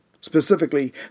specifically